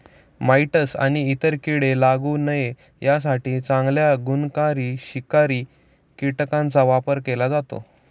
mites आणि इतर कीडे लागू नये यासाठी चांगल्या गुणकारी शिकारी कीटकांचा वापर केला जातो